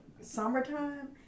summertime